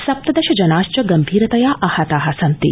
सप्तदश जनाश्च गंभीरतया आहता सन्ति